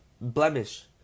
blemish